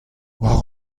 war